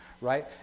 right